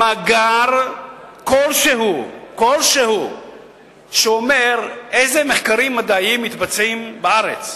מאגר כלשהו שאומר איזה מחקרים מדעיים מתבצעים בארץ.